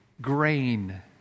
grain